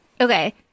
Okay